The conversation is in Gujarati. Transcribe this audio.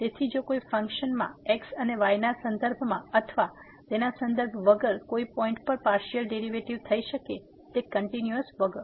તેથી જો કોઈ ફંક્શનમાં x અને y ના સંદર્ભમાં અથવા તેના સંદર્ભ વગર કોઈ પોઈન્ટ પર પાર્સીઅલ ડેરીવેટીવ થઈ શકે તે કંટીન્યુઅસ વગર